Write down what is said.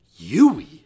yui